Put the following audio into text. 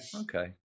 Okay